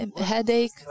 headache